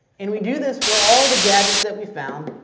and we do this for all the gadgets that we've found